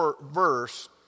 verse